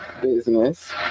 business